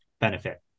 benefit